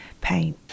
pain